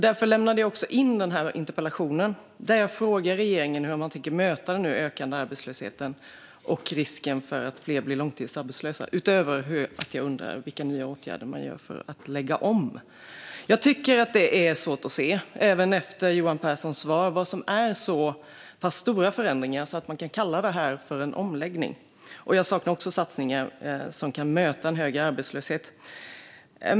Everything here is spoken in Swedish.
Därför lämnade jag in denna interpellation, där jag frågar regeringen hur man tänker möta den nu ökande arbetslösheten och risken för att fler blir långtidsarbetslösa, utöver att jag undrar vilka nya åtgärder man ska vidta för att lägga om. Jag tycker att det är svårt att se, även efter Johan Pehrsons svar, vad som är så pass stora förändringar att man kan kalla detta för en omläggning. Jag saknar också satsningar som kan möta en högre arbetslöshet.